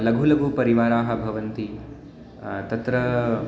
लघु लघु परिवाराः भवन्ति तत्र